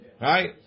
Right